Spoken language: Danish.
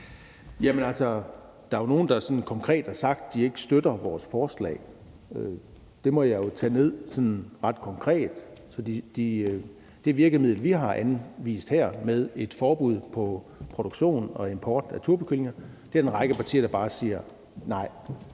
der er jo nogle, som konkret har sagt, at de ikke støtter vores forslag. Det må jeg jo tage ned sådan ret konkret. Det redskab, vi har anvist her, med et forbud mod produktion og import af turbokyllinger, er der en række partier der bare siger nej